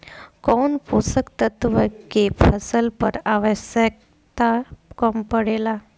कौन पोषक तत्व के फसल पर आवशयक्ता कम पड़ता?